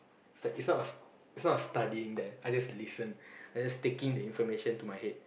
it's like it's not a it's not a studying there I just listen I just taking the information to my head